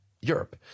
Europe